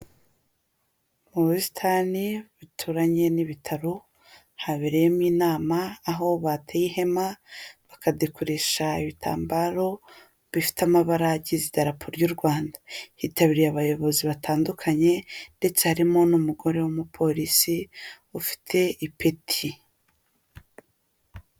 Ubusitani buturanye n'ibitaro habereyemo inama aho bateye ihema bakadekoresha ibitambaro bifite amabara agize idarapo ry'u Rwanda hitabiriye abayobozi batandukanye ndetse harimo n'umugore w'umupolisi ufite ipeti.